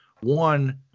One